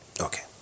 Okay